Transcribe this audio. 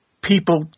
people